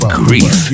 grief